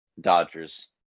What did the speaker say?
Dodgers